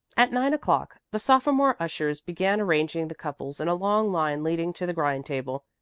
at nine o'clock the sophomore ushers began arranging the couples in a long line leading to the grind table,